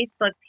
Facebook